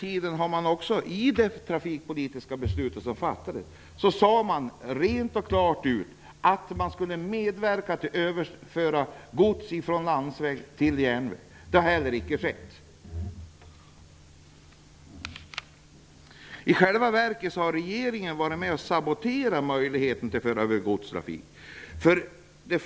I det trafikpolitiska beslut som fattades sades det rent och klart ut att man skulle medverka till att överföra godstrafik från landsväg till järnväg. Det har inte heller skett. I själva verket har regeringen varit med om att sabotera möjligheten att föra över godstrafik till järnväg.